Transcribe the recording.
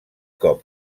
cop